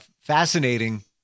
fascinating